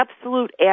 absolute